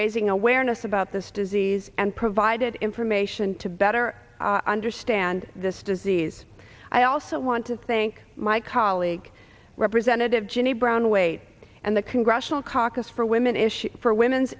raising awareness about this disease and provided information to better understand this disease i also want to thank my colleague representative jenny brown weight and the congressional caucus for women issue for women's